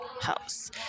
house